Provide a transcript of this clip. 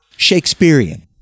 Shakespearean